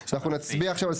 הצבעה בעד 4 נמנע 2 אושר.